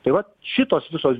tai vat šitos visos